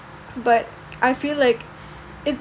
but I feel like it